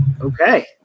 okay